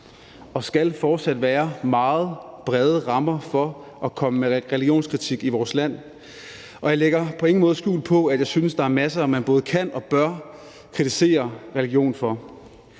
og skal fortsat være meget vide rammer for at komme med religionskritik i vores land, og jeg lægger på ingen måde skjul på, at jeg synes, at der er masser, man både kan og bør kritisere religion for.